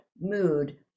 mood